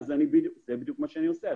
זה בדיוק מה שאני עושה.